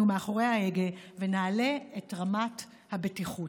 מאחורי ההגה ונעלה את רמת הבטיחות.